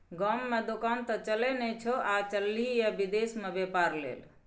गाममे दोकान त चलय नै छौ आ चललही ये विदेश मे बेपार लेल